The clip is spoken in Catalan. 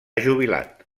jubilat